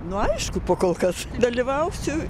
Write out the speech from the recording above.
nu aišku po kol kas dalyvausiu